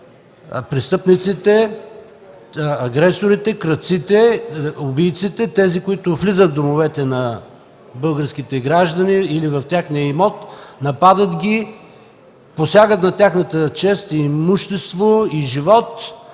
престъпниците, агресорите, крадците, убийците, тези, които влизат в домовете на българските граждани и в техния имот, нападат ги, посягат на тяхната чест, имущество и живот.